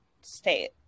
state